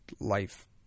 life